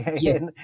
Yes